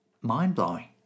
mind-blowing